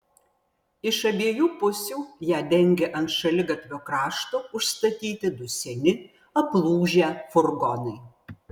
iš abiejų pusių ją dengė ant šaligatvio krašto užstatyti du seni aplūžę furgonai